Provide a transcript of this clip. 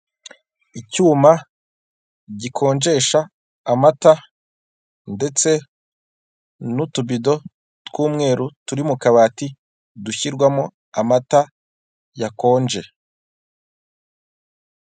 Icyuma gikonjesha amata ndetse nutubido tw'umweru turi mukabati dushyirwamo amata yakonje.